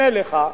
הנה לך,